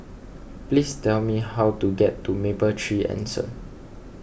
please tell me how to get to Mapletree Anson